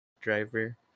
driver